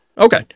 Okay